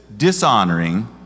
Dishonoring